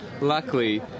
Luckily